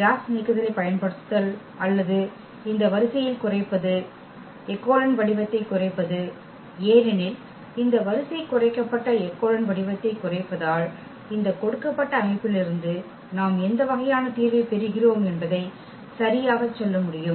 cos நீக்குதலைப் பயன்படுத்துதல் அல்லது இந்த வரிசையில் குறைப்பது எக்கெலோன் வடிவத்தைக் குறைப்பது ஏனெனில் இந்த வரிசை குறைக்கப்பட்ட எக்கெலோன் வடிவத்தைக் குறைப்பதால் இந்த கொடுக்கப்பட்ட அமைப்பிலிருந்து நாம் எந்த வகையான தீர்வைப் பெறுகிறோம் என்பதைச் சரியாகச் சொல்ல முடியும்